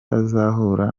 azahura